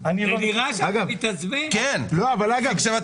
התעשייה שהיא לא